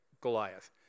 Goliath